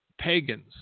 pagans